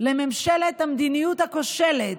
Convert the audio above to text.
לממשלת המדיניות הכושלת,